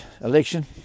election